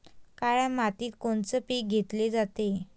काळ्या मातीत कोनचे पिकं घेतले जाते?